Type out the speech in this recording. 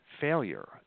failure